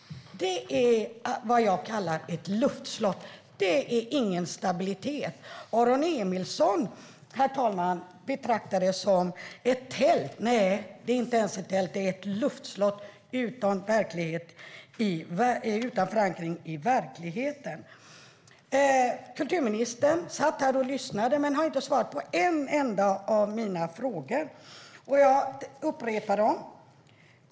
Detta är vad jag kallar ett luftslott. Det finns ingen stabilitet. Aron Emilsson, herr talman, betraktar det som ett tält. Men nej, det är inte ens ett tält - det är ett luftslott utan förankring i verkligheten. Kulturministern satt här och lyssnade men har inte svarat på en enda av mina frågor. Jag ska upprepa dem.